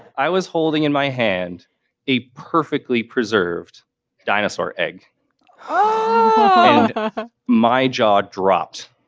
i was holding in my hand a perfectly preserved dinosaur egg oh and my jaw dropped.